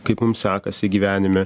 kaip mums sekasi gyvenime